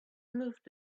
moved